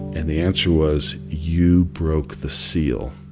and the answer was, you broke the seal